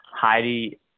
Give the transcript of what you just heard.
Heidi